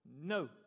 no